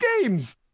games